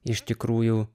iš tikrųjų